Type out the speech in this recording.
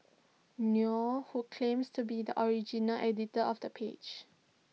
nor who claims to be the original editor of the page